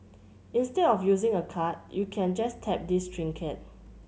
instead of using a card you can just tap this trinket